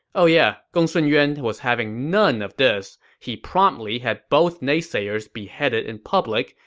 oh yeah, gongsun yuan was having none of this. he promptly had both naysayers beheaded in public,